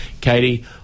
Katie